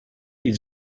ils